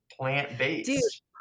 plant-based